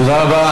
תודה רבה.